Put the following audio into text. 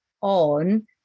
on